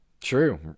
True